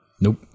Nope